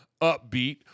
upbeat